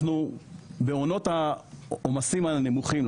בעונות העומסים הנמוכים,